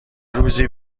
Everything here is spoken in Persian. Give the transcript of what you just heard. روزی